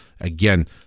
again